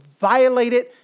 violated